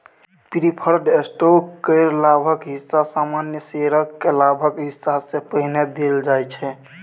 preferred stock केर लाभक हिस्सा सामान्य शेयरक लाभक हिस्सा सँ पहिने देल जाइ छै